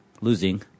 losing